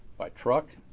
by truck,